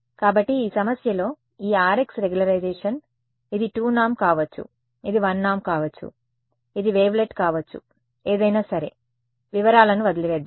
కాబట్టి ఈ సమస్యలో ఈ Rx రెగ్యులరైజేషన్ ఇది 2 నార్మ్ కావచ్చు ఇది 1 నార్మ్ కావచ్చు ఇది వేవ్లెట్ కావచ్చు ఏదైనా సరే వివరాలను వదిలివేద్దాం